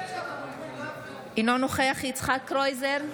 אינו נוכח יצחק קרויזר,